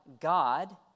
God